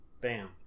bam